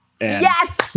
Yes